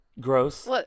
Gross